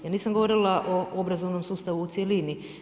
Ja nisam govorila o obrazovnom sustavu u cjelini.